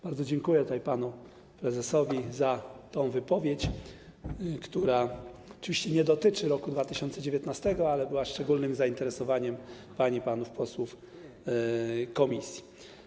Bardzo dziękuję tutaj panu prezesowi za tę wypowiedź, która oczywiście nie dotyczy roku 2019, ale była przedmiotem szczególnego zainteresowania pań i panów posłów z komisji.